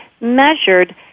measured